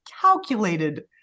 calculated